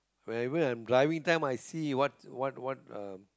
wherever I'm driving time I see what's what what um